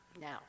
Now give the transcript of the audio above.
Now